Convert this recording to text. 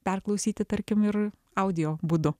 perklausyti tarkim ir audio būdu